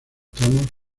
tramos